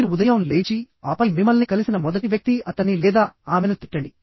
మీరు ఉదయం లేచి ఆపై మిమ్మల్ని కలిసిన మొదటి వ్యక్తి అతన్ని లేదా ఆమెను తిట్టండి